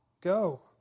Go